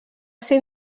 ser